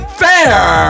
fair